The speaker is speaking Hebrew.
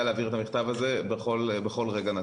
להעביר את המכתב הזה בכל רגע נתון.